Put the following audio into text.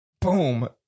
boom